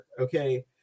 Okay